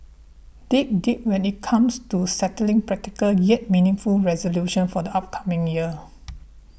dig deep when it comes to setting practical yet meaningful resolutions for the upcoming year